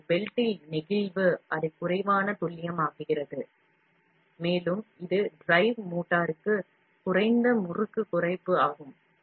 ஆனால் பெல்ட்டில் நெகிழ்வு அதை குறைவான துல்லியமாக்குகிறது மேலும் இது டிரைவ் மோட்டருக்கு குறைந்த முறுக்கு குறைப்பு ஆகும்